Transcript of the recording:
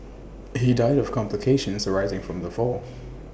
he died of complications arising from the fall